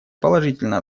положительно